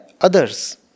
others